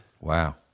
wow